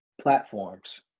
platforms